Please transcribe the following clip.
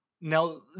Now